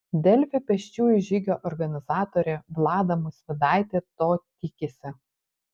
delfi pėsčiųjų žygio organizatorė vlada musvydaitė to tikisi